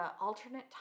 alternate